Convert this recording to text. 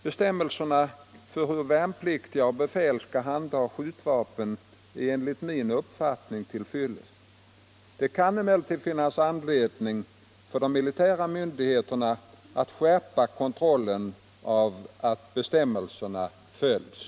Bestämmelserna för hur värnpliktiga och befäl skall handha skjutvapen är enligt min uppfattning till fyllest. Det kan emellertid finnas anledning för de militära myndigheterna att skärpa kontrollen av att bestämmelserna följs.